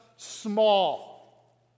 small